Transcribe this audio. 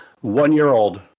one-year-old